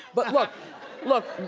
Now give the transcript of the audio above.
but look,